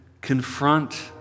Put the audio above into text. confront